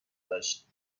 داشت